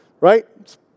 Right